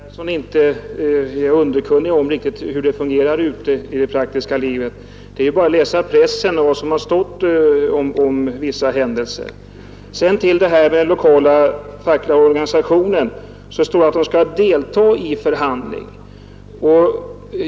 Herr talman! Med anledning av det sista vill jag säga att herr Persson i Stockholm inte är riktigt underkunnig om hur det fungerar ute i det praktiska livet. Man behöver bara läsa i pressen vad som har berättats där om vissa händelser. Vad beträffar den lokala fackliga organisationen står det att den skall delta i förhandling.